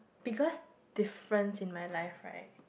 biggest difference in my life right